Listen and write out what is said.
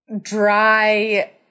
dry